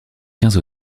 quinze